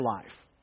life